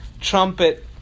trumpet